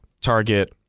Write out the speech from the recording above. target